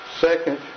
second